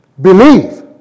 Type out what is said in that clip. believe